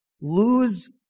lose